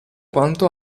quanto